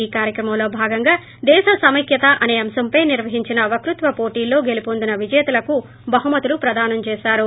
ఈ కార్యక్రమంలో భాగంగా దేశ సమైక్యత అనే అంశంపై నిర్వహించిన వ్యకృత్వ పోటీలలో గెలుపొందిన విజేతలకు బహుమతులు ప్రధానం చేసారు